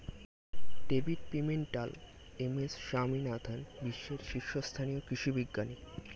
David Pimentel, M S Swaminathan বিশ্বের শীর্ষস্থানীয় কৃষি বিজ্ঞানী